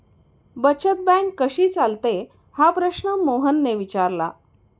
बचत बँक कशी चालते हा प्रश्न मोहनने विचारला?